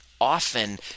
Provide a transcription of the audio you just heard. Often